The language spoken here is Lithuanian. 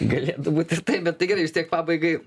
galėtų būt ir taip bet tai gerai vis tiek pabaigai